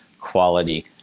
quality